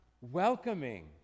welcoming